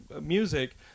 music